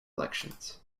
elections